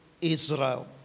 Israel